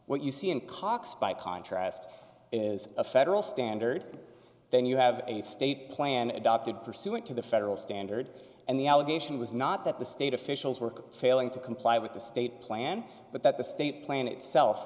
what you see in cox by contrast is a federal standard then you have a state plan adopted pursuant to the federal standard and the allegation was not that the state officials work failing to comply with the state plan but that the state plan itself